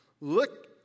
Look